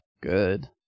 good